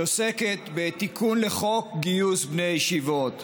שעוסקת בתיקון לחוק גיוס בני ישיבות.